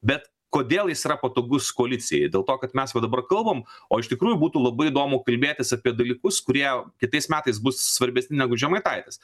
bet kodėl jis yra patogus koalicijai dėl to kad mes va dabar kalbam o iš tikrųjų būtų labai įdomu kalbėtis apie dalykus kurie kitais metais bus svarbesni negu žemaitaitis